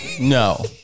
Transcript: no